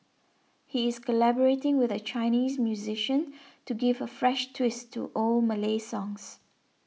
he is collaborating with a Chinese musician to give a fresh twist to old Malay songs